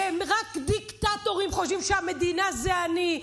רק דיקטטורים חושבים ש"המדינה זה אני".